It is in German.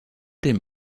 dem